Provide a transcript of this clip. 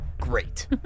Great